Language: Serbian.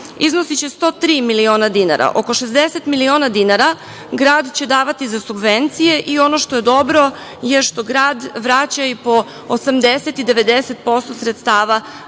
iznosiće 103 miliona dinara. Oko 60 miliona dinara grad će davati za subvencije i ono što je dobro je što grad vraća i po 80 i po 90% sredstava